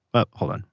but hold on.